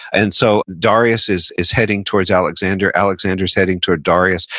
and so, darius is is heading towards alexander, alexander is heading toward darius.